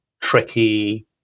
tricky